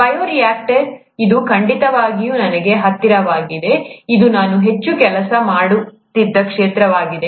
bioreactor ಇದು ಖಂಡಿತವಾಗಿಯೂ ನನಗೆ ಹತ್ತಿರವಾಗಿದೆ ಇದು ನಾನು ಹೆಚ್ಚು ಕೆಲಸ ಮಾಡುತ್ತಿದ್ದ ಕ್ಷೇತ್ರವಾಗಿದೆ